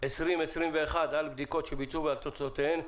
2021 על בדיקות שביצעו ועל תוצאותיהן.